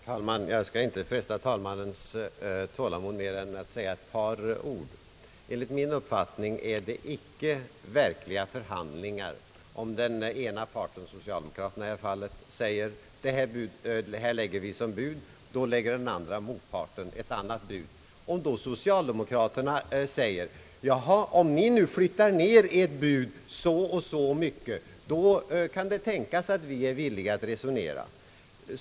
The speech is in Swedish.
Herr talman! Jag skall inte fresta kammarens tålamod mer än med att säga ett par ord. Den ena parten lade ett bud och motparten ett annat. Så sade ena parten, nämligen socialdemokraterna: Om ni flyttar ner ert bud så och så mycket, så kan det tänkas att vi är villiga att resonera!